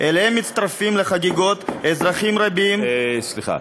אליהם מצטרפים לחגיגות אזרחים רבים, סליחה.